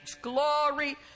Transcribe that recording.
Glory